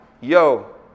Yo